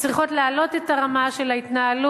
הן צריכות להעלות את הרמה של ההתנהלות,